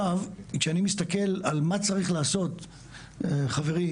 כשאני מסתכל על מה צריך לעשות, חברי,